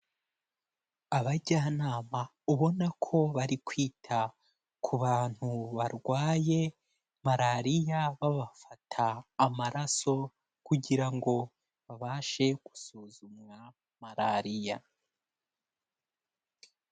Abajyanama, ubona ko bari kwita ku bantu barwaye malariya babafata amaraso, kugira ngo babashe gusuzumwa malariya.